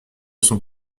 son